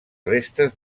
restes